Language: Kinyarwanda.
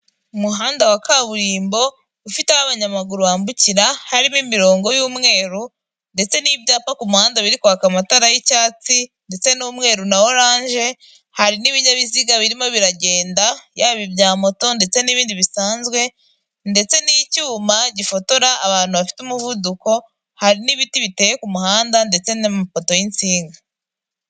Umuhanda wa kaburimbo ufite aho abanyamaguru bambukira, harimo imirongo y'umweru ndetse n'ibyapa ku muhanda biri kwaka amatara y'icyatsi ndetse n'umweru na oranje. Hari n'ibinyabiziga birimo biragenda yaba ibya moto ndetse n'ibindi bisanzwe ndetse n'icyuma gifotora abantu bafite umuvuduko, hari n'ibiti biteye ku muhanda ndetse n'amapoto y'insinga.